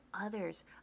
others